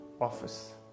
office